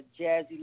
Jazzy